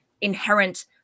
inherent